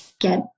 get